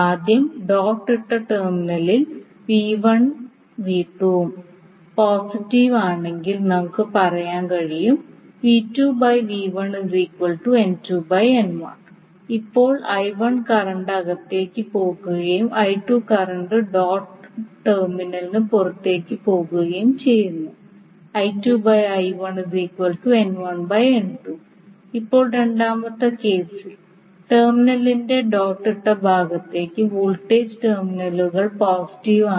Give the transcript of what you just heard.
ആദ്യം ഡോട്ട് ഇട്ട ടെർമിനലിൽ and രണ്ടും പോസിറ്റീവ് ആണെങ്കിൽ നമുക്ക് പറയാൻ കഴിയും ഇപ്പോൾ കറന്റ് അകത്തേക്ക് പോകുകയും കറന്റ് ഡോട്ട്ഡ് ടെർമിനലിന് പുറത്ത് പോകുകയും ചെയ്യുന്നു ഇപ്പോൾ രണ്ടാമത്തെ കേസിൽ ടെർമിനലിന്റെ ഡോട്ട് ഇട്ട ഭാഗത്ത് വോൾട്ടേജ് ടെർമിനലുകൾ പോസിറ്റീവ് ആണ്